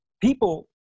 people